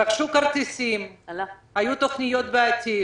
רכשו כרטיסים, היו תוכניות בעתיד